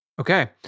okay